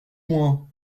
moins